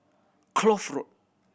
Kloof Road